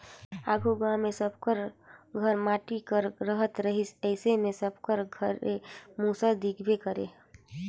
आघु गाँव मे सब कर घर माटी कर रहत रहिस अइसे मे सबकर घरे मूसर दिखबे करे